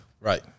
Right